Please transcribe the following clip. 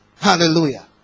Hallelujah